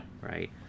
Right